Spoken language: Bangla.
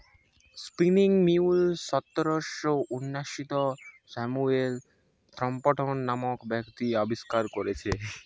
স্পিনিং মিউল সতেরশ ঊনআশিতে স্যামুয়েল ক্রম্পটন নামক ব্যক্তি আবিষ্কার কোরেছে